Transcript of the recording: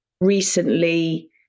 recently